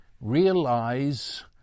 realize